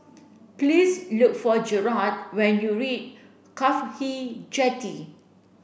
please look for Gerald when you reach CAFHI Jetty